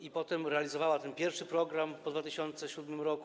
i potem realizowała ten pierwszy program po 2007 r.